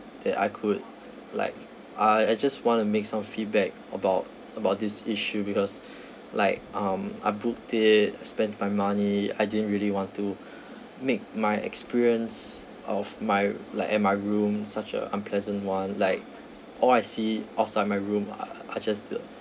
that I could like I I just want to make some feedback about about this issue because like um I booked it spend my money I didn't really want to make my experience of my like at my room such a unpleasant [one] like all I see outside my room are are just